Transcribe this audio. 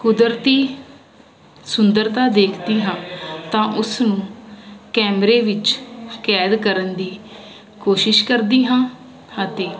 ਕੁਦਰਤੀ ਸੁੰਦਰਤਾ ਦੇਖਦੀ ਹਾਂ ਤਾਂ ਉਸਨੂੰ ਕੈਮਰੇ ਵਿੱਚ ਕੈਦ ਕਰਨ ਦੀ ਕੋਸ਼ਿਸ਼ ਕਰਦੀ ਹਾਂ ਅਤੇ